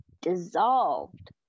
dissolved